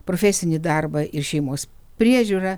profesinį darbą ir šeimos priežiūrą